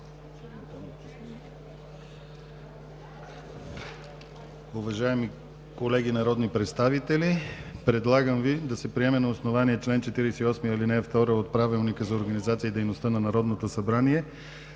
Уважаеми колеги народни представители! Предлагам Ви да се приеме на основание чл. 48, ал. 2 от Правилника за организацията и дейността на Народното събрание